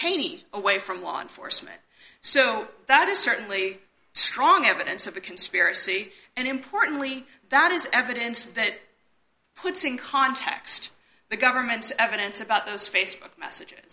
haney away from law enforcement so that is certainly strong evidence of a conspiracy and importantly that is evidence that puts in context the government's evidence about those facebook messages